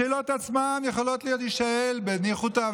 השאלות עצמן יכולות להישאל בניחותא,